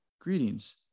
Greetings